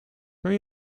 kan